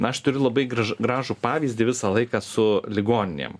aš turiu labai graž gražų pavyzdį visą laiką su ligoninėm